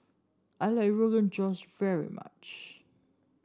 I like Rogan Josh very much